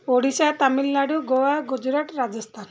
Odisha Tamil Nadu Goa Gujarat Rajasthan